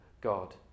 God